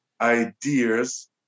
ideas